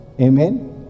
amen